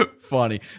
funny